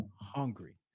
hungry